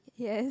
yes